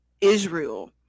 Israel